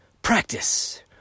Practice